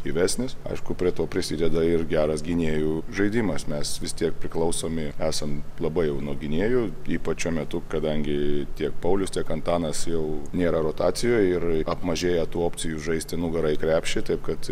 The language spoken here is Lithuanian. gyvesnis aišku prie to prisideda ir geras gynėjų žaidimas mes vis tiek priklausomi esant labai jaunų gynėjų ypač šiuo metu kadangi tiek paulius tiek antanas jau nėra rotacijoje ir apmažėję tų opcijų žaisti nugara į krepšį taip kad